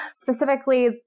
specifically